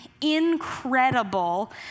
incredible